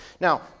Now